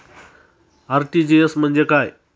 RTGS म्हणजे काय?